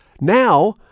now